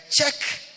check